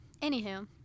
Anywho